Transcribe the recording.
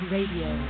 Radio